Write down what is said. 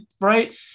right